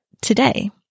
today